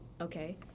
okay